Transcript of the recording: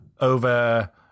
over